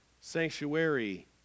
sanctuary